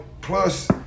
plus